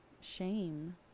shame